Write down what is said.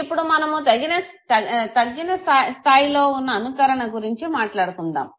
ఇప్పుడు మనము తగ్గిన స్థాయిలో వున్న అనుకరణ గురించి మాట్లాడుకుందాము